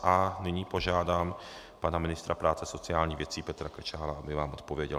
A nyní požádám pana ministra práce a sociálních věcí Petra Krčála, aby vám odpověděl.